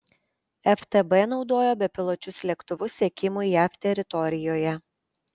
ftb naudojo bepiločius lėktuvus sekimui jav teritorijoje